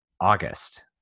august